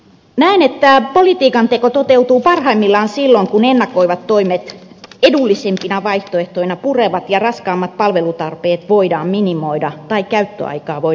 näen että politiikanteko toteutuu parhaimmillaan silloin kun ennakoivat toimet edullisimpina vaihtoehtoina purevat ja raskaammat palvelutarpeet voidaan minimoida tai niiden käyttöaikaa voidaan lyhentää